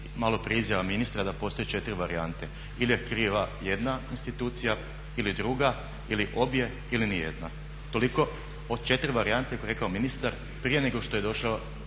malo prije izjava ministra da postoje 4 varijante ili je kriva jedna institucija ili druga ili obje ili nijedna, toliko o 4 varijante koje je rekao ministar prije nego što je došao